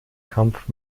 kampf